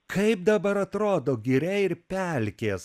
kaip dabar atrodo giria ir pelkės